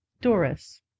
Doris